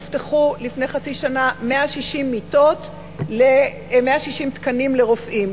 הובטחו לפני חצי שנה 160 תקנים לרופאים.